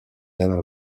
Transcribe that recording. même